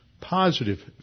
positive